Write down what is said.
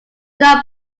not